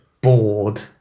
bored